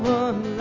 one